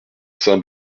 saint